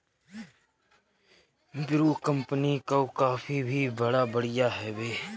Bru company कअ coffee भी बड़ा बढ़िया हवे